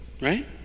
right